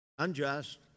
Unjust